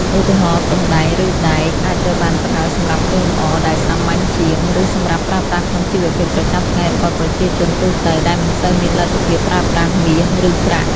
ឧទាហរណ៍ ទង់ដែង ឬ ដែក អាចត្រូវបានប្រើសម្រាប់គ្រឿងលម្អដែលសាមញ្ញជាង ឬសម្រាប់ប្រើប្រាស់ក្នុងជីវភាពប្រចាំថ្ងៃរបស់ប្រជាជនទូទៅដែលមិនសូវមានលទ្ធភាពប្រើប្រាស់មាស ឬប្រាក់។